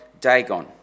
Dagon